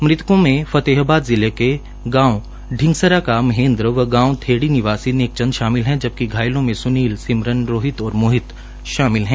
मृतकों में फतेहाबाद जिले के गांव शिंगसरा का महेंद्र व गांव थेड़ी निवासी नेकचंद शामिल हैं जबकि घायलों में स्नील सिमरन रोहित और मोहित शामिल हैं